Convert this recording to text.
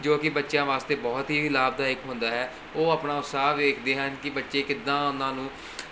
ਜੋ ਕਿ ਬੱਚਿਆਂ ਵਾਸਤੇ ਬਹੁਤ ਹੀ ਲਾਭਦਾਇਕ ਹੁੰਦਾ ਹੈ ਉਹ ਆਪਣਾ ਉਤਸਾਹ ਵੇਖਦੇ ਹਨ ਕਿ ਬੱਚੇ ਕਿੱਦਾਂ ਉਹਨਾਂ ਨੂੰ